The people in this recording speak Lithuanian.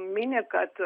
mini kad